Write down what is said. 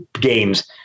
games